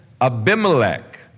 Abimelech